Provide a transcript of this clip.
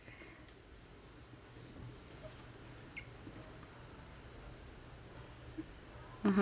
mmhmm